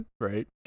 right